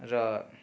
र